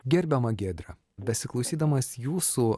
gerbiama giedre besiklausydamas jūsų